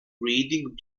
reading